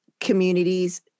communities